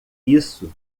isso